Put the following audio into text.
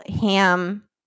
ham